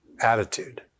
attitude